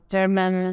German